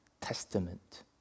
testament